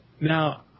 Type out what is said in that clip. Now